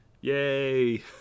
Yay